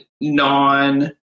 non